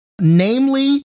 namely